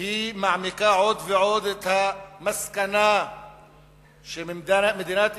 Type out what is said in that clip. והיא מעמיקה עוד ועוד את המסקנה שמדינת ישראל,